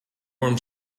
warm